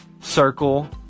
circle